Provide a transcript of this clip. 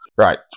Right